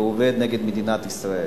והוא עובד נגד מדינת ישראל.